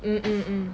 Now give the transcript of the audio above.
mm mm